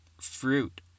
fruit